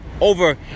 over